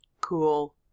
cool